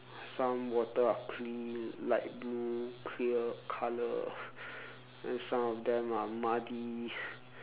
some water are clean light blue clear colour then some of them are muddy